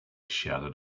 shouted